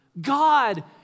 God